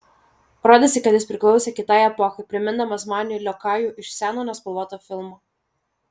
rodėsi kad jis priklausė kitai epochai primindamas maniui liokajų iš seno nespalvoto filmo